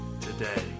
today